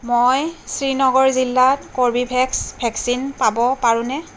মই শ্ৰীনগৰ জিলাত Corbevax vaccine পাব পাৰোঁনে